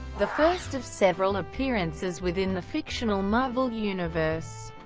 the first of several appearances within the fictional marvel universe.